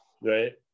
right